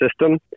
system